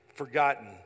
Forgotten